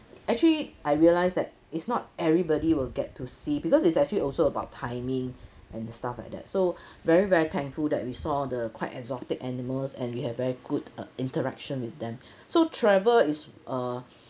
actually I realise that it's not everybody will get to see because it's actually also about timing and stuff like that so very very thankful that we saw the quite exotic animals and we have very good uh interaction with them so travel is uh